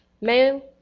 Male